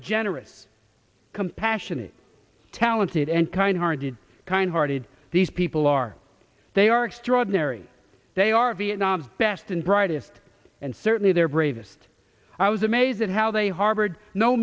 generous compassionate talented and kind hearted kind hearted these people are they are extraordinary they are vietnam best and brightest and certainly their bravest i was amazed at how they harbored no